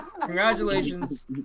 congratulations